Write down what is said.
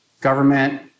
Government